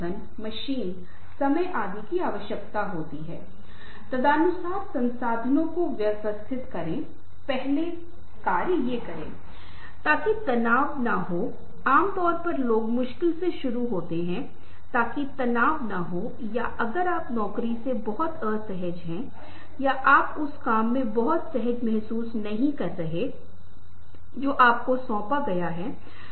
इसलिए मैं कह सकता हूं कि मैं जंगल की आग से शुरू करूंगा मैं जंगल की आग के कारणों से शुरू करूंगा फिर प्रभाव और इसे कैसे रोका जाए और किन कारणों से मैं इन 3 अंकों को उठाऊंगा ये 3 अंक और निष्कर्ष हो सकता है